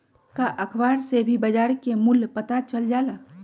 का अखबार से भी बजार मूल्य के पता चल जाला?